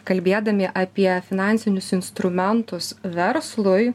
kalbėdami apie finansinius instrumentus verslui